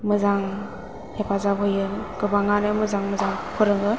मोजां हेफाजाब होयो गोबाङानो मोजां मोजां फोरोङो